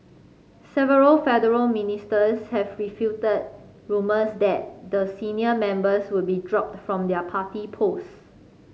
several federal ministers have refuted rumours that the senior members would be dropped from their party post